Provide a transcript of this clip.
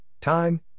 time